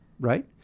Right